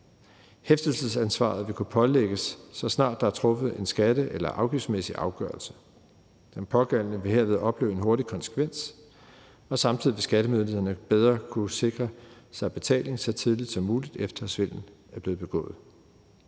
Hæftelsesansvaret vil kunne pålægges, så snart der er truffet en skatte- eller afgiftsmæssig afgørelse. Den pågældende vil herved opleve en hurtig konsekvens, og samtidig vil skattemyndighederne bedre kunne sikre sig betaling så tidligt som muligt, efter at svindelen er blevet begået.